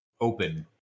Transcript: open